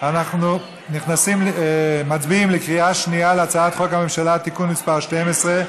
אנחנו מצביעים בקריאה שנייה על הצעת חוק הממשלה (תיקון מס' 6),